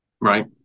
Right